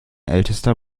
älterer